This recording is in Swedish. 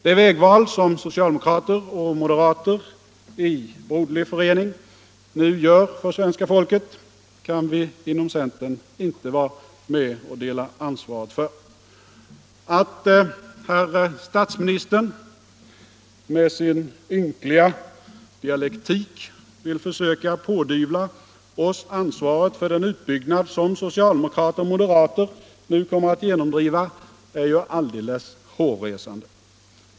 Det vägval som socialdemokrater och moderater i broderlig förening nu gör för svenska folket kan vi inom centern inte vara med och dela ansvaret för. Att statsministern i sin ynkliga dialektik vill försöka pådyvla oss ansvaret för den utbyggnad som socialdemokrater och moderater nu kommer att genomdriva är ju alldeles hårresande.